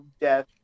death